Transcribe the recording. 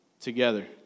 together